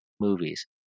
movies